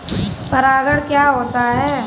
परागण क्या होता है?